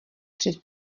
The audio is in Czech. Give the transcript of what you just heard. před